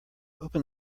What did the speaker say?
open